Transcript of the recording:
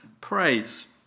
praise